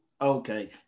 Okay